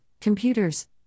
computers